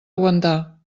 aguantar